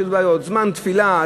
זמן תפילה,